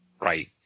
Right